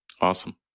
Awesome